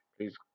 Please